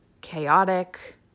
chaotic